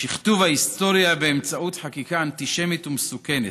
בשכתוב ההיסטוריה באמצעות חקיקה אנטישמית ומסוכנת,